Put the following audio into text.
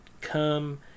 come